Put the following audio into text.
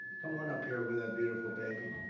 come on up here with that beautiful baby.